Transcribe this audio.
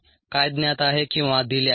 काय ज्ञात आहे किंवा दिले आहे